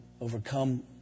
overcome